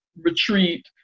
retreat